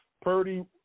Purdy